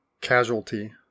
casualty